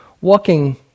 walking